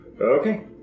Okay